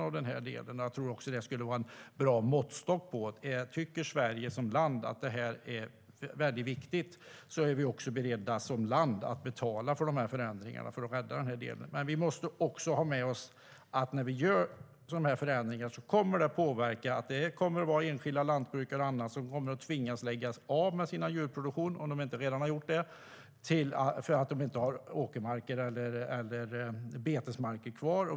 Jag tror också att det skulle vara en bra måttstock på att om Sverige som land tycker att det här är viktigt är vi också beredda som land att betala för förändringarna för att rädda detta. Men vi måste också ha med oss att när vi gör de här förändringarna kommer enskilda lantbrukare och andra att tvingas att lägga ned sin djurproduktion om de inte redan har gjort det för att de inte har betesmarker kvar.